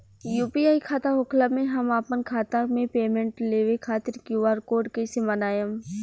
UPI खाता होखला मे हम आपन खाता मे पेमेंट लेवे खातिर क्यू.आर कोड कइसे बनाएम?